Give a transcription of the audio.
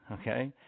okay